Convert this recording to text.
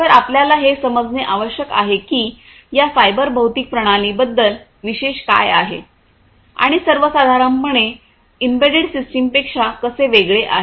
तर आपल्याला हे समजणे आवश्यक आहे की या सायबर भौतिक प्रणालीं बद्दल विशेष काय आहे आणि सर्व साधारणपणे एम्बेडेड सिस्टम पेक्षा कसे वेगळे आहे